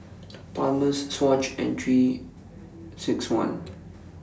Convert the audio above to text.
Palmer's Swatch and three six one